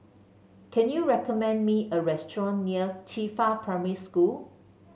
can you recommend me a restaurant near Qifa Primary School